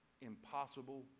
impossible